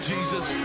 Jesus